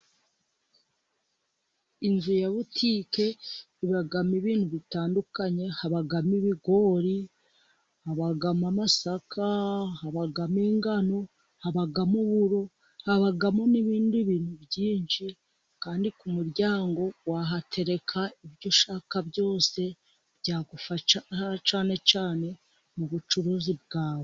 Inzu ya butike ibamo ibintu bitandukanye, habamo ibigori, habamo amasaka, habamo ingano, habamo uburo, habamo n'ibindi bintu byinshi. Kandi ku muryango wahatereka ibyo ushaka byose byagufasha cyane cyane mu bucuruzi bwawe.